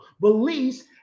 Beliefs